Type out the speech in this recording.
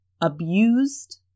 abused